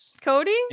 Cody